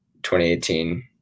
2018